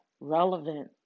relevant